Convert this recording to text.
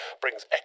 brings